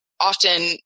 often